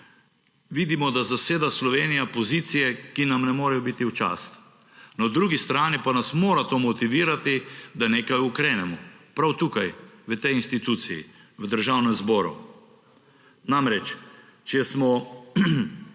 vidimo, da zaseda Slovenija pozicije, ki nam ne morejo biti v čast. Na drugi strani pa nas mora to motivirati, da nekaj ukrenemo, prav tukaj, v tej instituciji, v Državnem zboru. Namreč če smo